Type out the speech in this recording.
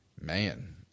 Man